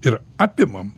ir apimam